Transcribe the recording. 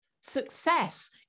success